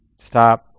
stop